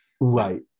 right